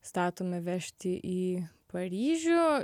statome vežti į paryžių